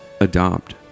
adopt